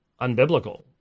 unbiblical